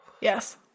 Yes